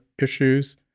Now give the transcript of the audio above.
issues